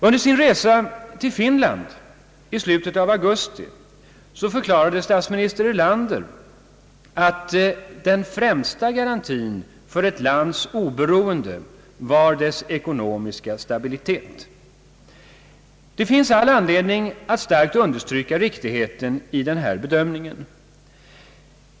Under sin resa till Finland i slutet av augusti förklarade statsminister Erlander att den främsta garantin för ett lands oberoende var dess ekonomiska stabilitet. Det finns all anledning att stryka under riktigheten av denna bedömning.